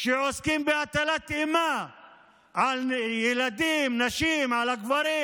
שעוסקות בהטלת אימה על ילדים, על נשים, על גברים,